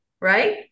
Right